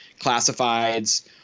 classifieds